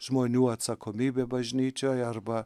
žmonių atsakomybė bažnyčioj arba